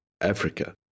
Africa